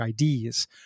IDs